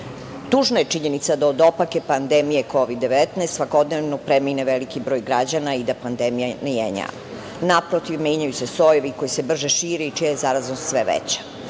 je činjenica da od opake pandemije Kovid-19 svakodnevno premine veliki broj građana i da pandemija ne jenjava. Naprotiv, menjaju se sojevi koji se brže šire i čija je zaraznost sve veća.